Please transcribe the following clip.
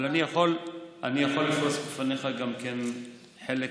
אני יכול לפרוס בפניך גם חלק